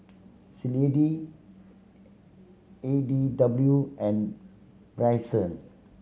Clydie E D W and Bryson